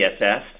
ESS